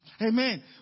Amen